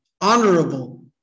honorable